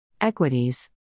Equities